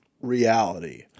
reality